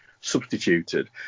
Substituted